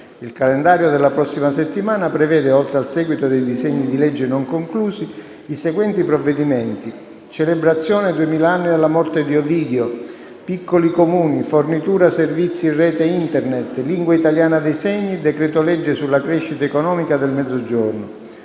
Il calendario della prossima settimana prevede, oltre al seguito dei disegni di legge non conclusi, i seguenti provvedimenti: celebrazione duemila anni dalla morte di Ovidio; piccoli Comuni; fornitura servizi rete Internet; lingua italiana dei segni; decreto-legge sulla crescita economica del Mezzogiorno.